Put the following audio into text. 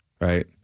right